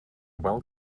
well